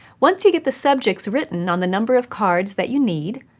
once you get the subjects written on the number of cards that you need,